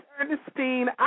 Ernestine